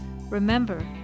Remember